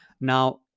now